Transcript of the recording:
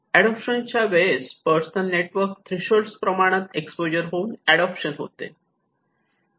adoption च्या वेळेस personal network threshold प्रमाणात एक्सपोजर होऊन अडोप्शन होते